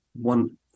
one